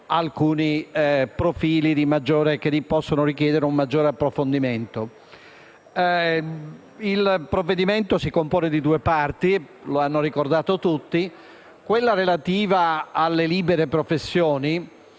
alcuni profili che possono richiedere un maggiore approfondimento. Il provvedimento si compone di due parti, come hanno ricordato tutti. Quella relativa alle libere professioni